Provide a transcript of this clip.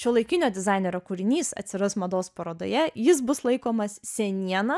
šiuolaikinio dizainerio kūrinys atsiras mados parodoje jis bus laikomas seniena